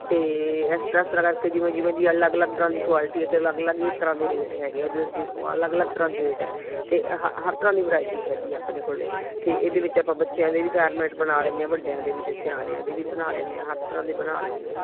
ਅਤੇ ਇਸ ਤਰ੍ਹਾਂ ਇਸ ਤਰ੍ਹਾਂ ਕਰਕੇ ਜਿਵੇਂ ਜਿਵੇਂ ਤਰ੍ਹਾਂ ਦੀ ਅਲੱਗ ਅਲੱਗ ਤਰ੍ਹਾਂ ਦੀ ਕੁਆਲਟੀ ਹੈ ਅਤੇ ਅਲੱਗ ਅਲੱਗ ਹੀ ਤਰ੍ਹਾਂ ਦੇ ਰੇਟ ਹੈਗੇ ਹੈ ਜਿਵੇਂ ਜਿਵੇਂ ਅਲੱਗ ਅਲੱਗ ਤਰ੍ਹਾਂ ਦੇ ਰੇਟ ਹੈ ਅਤੇ ਹ ਹਰ ਤਰ੍ਹਾਂ ਦੀ ਵਿਰਾਇਟੀ ਹੈਗੀ ਆਪਣੇ ਕੋਲ ਅਤੇ ਇਹਦੇ ਵਿੱਚ ਆਪਾਂ ਬੱਚਿਆਂ ਦੇ ਵੀ ਗਾਰਮੈਂਟ ਬਣਾ ਲੈਂਦੇ ਹਾਂ ਅਤੇ ਵੱਡਿਆਂ ਦੇ ਵੀ ਅਤੇ ਸਿਆਣਿਆਂ ਦੇ ਵੀ ਬਣਾ ਲੈਂਦੇ ਹਾਂ ਹਰ ਤਰ੍ਹਾਂ ਦੇ ਬਣਾ ਲੈਂਦੇ ਹਾਂ